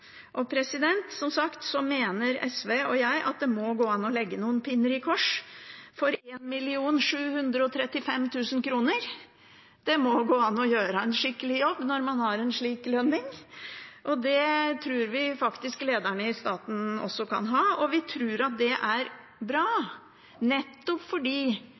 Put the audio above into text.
Og som sagt mener SV og jeg at det må gå an å legge noen pinner i kors for 1 735 000 kr. Det må gå an å gjøre en skikkelig jobb når man har en slik lønning. Det tror vi faktisk lederne i staten også kan ha, og vi tror at det er bra, nettopp fordi